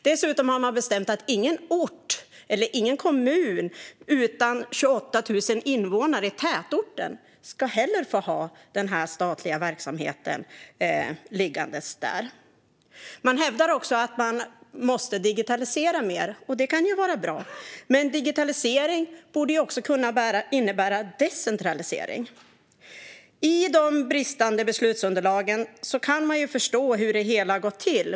Dessutom har man bestämt att ingen ort eller kommun utan 28 000 invånare i tätorten heller ska få ha den här statliga verksamheten liggande där. Man hävdar också att man måste digitalisera mer. Det kan ju vara bra. Men digitalisering borde också kunna innebära decentralisering. Av de bristande beslutsunderlagen kan man förstå hur det hela har gått till.